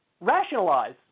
rationalize